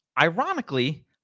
ironically